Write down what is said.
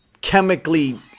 chemically